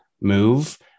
move